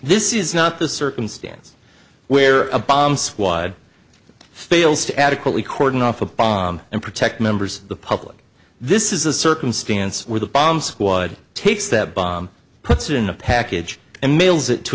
this is not the circumstance where a bomb squad fails to adequately cordon off a bomb and protect members of the public this is a circumstance where the bomb squad takes that bomb puts it in a package and mails it to